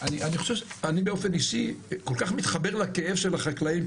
אני באופן אישי כל כך מתחבר לכאב של החקלאים,